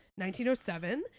1907